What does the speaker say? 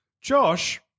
Josh